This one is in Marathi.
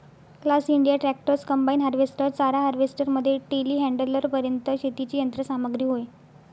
class India tractors, combine harvester, चारा हार्वेस्टर मध्ये टेलीहँडलरपर्यंत शेतीची यंत्र सामग्री होय